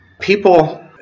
People